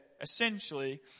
essentially